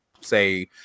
say